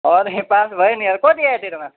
अरे पास भएँ नि यार कति आयो तेरो मार्क्स